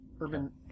Urban